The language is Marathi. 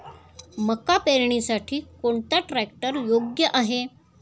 मका पेरणीसाठी कोणता ट्रॅक्टर योग्य आहे?